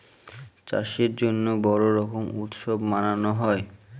চাষের জন্য বড়ো রকম উৎসব মানানো হয়